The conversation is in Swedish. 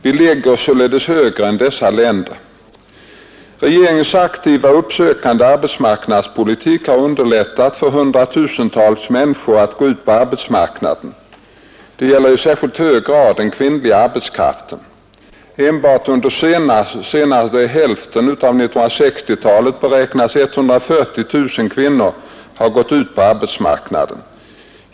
Vi ligger således högre än dessa länder. Regeringens aktiva uppsökande arbetsmarknadspolitik har underlättat för 100 000-tals människor att gå ut på arbetsmarknaden. Det gäller i särskilt hög grad den kvinnliga arbetskraften. Enbart under senare hälften av 1960-talet beräknas 140 000 kvinnor ha gått ut på arbetsmarknaden.